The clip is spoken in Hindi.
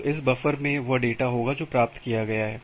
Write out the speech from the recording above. तो इस बफ़र में वह डेटा होगा जो प्राप्त किया गया है